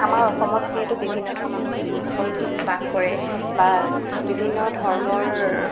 আমাৰ অসমত যিহেতু বিভিন্ন ধৰ্মাৱলম্বী লোকসকল বাস কৰে বা বিভিন্ন ধৰ্মৰ